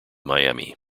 miami